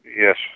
Yes